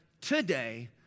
today